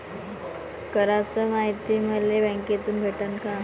कराच मायती मले बँकेतून भेटन का?